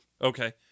Okay